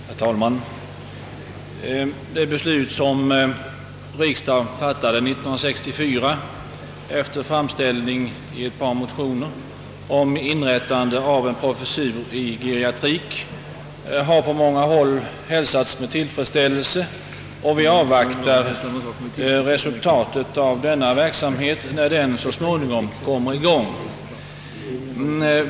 Herr talman! Det beslut som riksdagen fattade 1964 efter framställning i ett par motioner om inrättande av en professur i geriatrik har på många håll hälsats med tillfredsställelse, och vi avvaktar resultatet av denna verksamhet, när den så småningom kommer i gång.